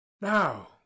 Now